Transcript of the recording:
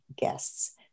guest's